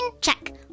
Check